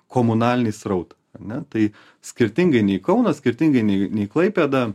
komunalinį srautą ar ne tai skirtingai nei kaunas skirtingai nei nei klaipėda